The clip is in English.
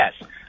yes